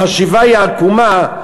החשיבה היא עקומה,